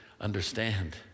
understand